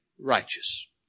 righteous